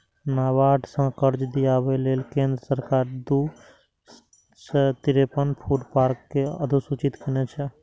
नाबार्ड सं कर्ज दियाबै लेल केंद्र सरकार दू सय तिरेपन फूड पार्क कें अधुसूचित केने छै